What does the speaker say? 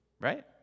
right